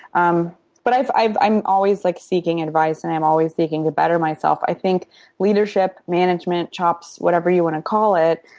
um but i'm i'm always like seeking advice and i'm always seeking to better myself. i think leadership, management, jobs, whatever you want to call it,